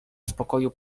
spokoju